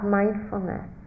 mindfulness